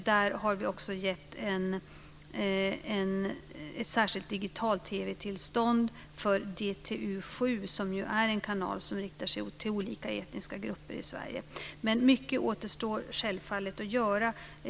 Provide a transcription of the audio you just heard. Vi har också gett ett särskilt digital-TV-tillstånd för DTU 7, som ju är en kanal som riktar sig till olika etniska grupper i Men mycket återstår självfallet att göra.